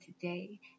today